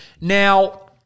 Now